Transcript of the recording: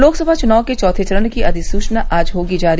लोकसभा चुनाव के चौथे चरण की अधिसूचना आज होगी जारी